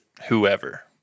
whoever